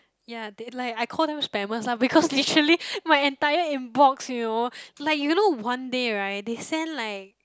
ya they like I call them spammers lah because literally my entire inbox you know like you know one day right they sent like